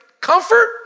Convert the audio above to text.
comfort